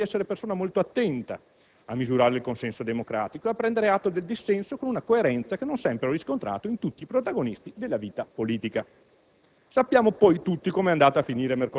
«Credo di avere dimostrato nella mia vita politica di essere persona molto attenta a misurare il consenso democratico e a prendere atto del dissenso con una coerenza che non sempre ho riscontrato in tutti i protagonisti della vita politica».